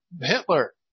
Hitler